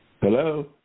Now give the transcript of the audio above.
Hello